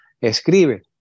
escribe